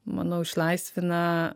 manau išlaisvina